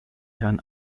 herrn